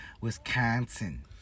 Wisconsin